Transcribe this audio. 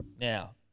now